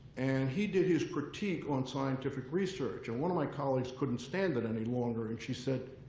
and he did his critique on scientific research. and one of my colleagues couldn't stand it any longer. and she said,